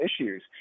issues